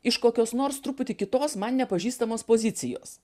iš kokios nors truputį kitos man nepažįstamos pozicijos